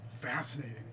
Fascinating